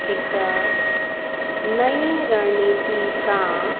हिकु नई रणनीति सां